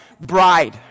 bride